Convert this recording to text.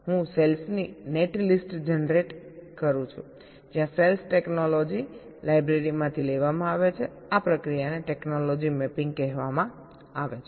હું સેલ્સની netlist generate કરું છું જ્યાં સેલ્સ ટેકનોલોજી લાઇબ્રેરીમાંથી લેવામાં આવે છે આ પ્રક્રિયાને ટેકનોલોજી મેપિંગ કહેવામાં આવે છે